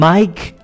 Mike